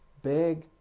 Big